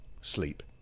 sleep